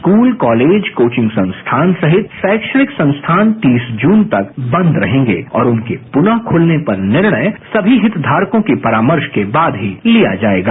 school college coaching संस्थान सहित शैक्षणिक संस्थान तीस जून तक बंद रहेंगे और उनके पुनरू खुलने पर निर्णय समी हितधारकों के परामर्श के बाद ही लिया जाएगा